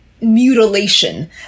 mutilation